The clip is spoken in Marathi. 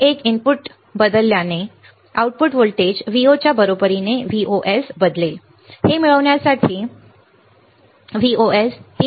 हे एक इनपुट बदल असल्याने आउटपुट व्होल्टेज Vo च्या बरोबरीने Vos बदलेल हे मिळवण्यासाठी Vos 3